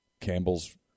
Campbell's